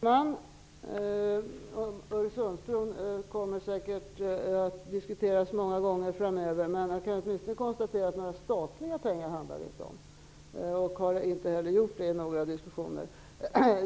Herr talman! Öresundsbron kommer säkert att diskuteras många gånger framöver. Jag kan åtminstone konstatera att det inte handlar om några statliga pengar. Det har det inte heller gjort i några diskussioner.